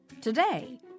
Today